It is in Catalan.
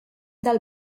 del